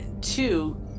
Two